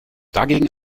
dagegen